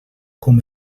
com